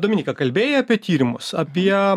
dominyka kalbėjai apie tyrimus apie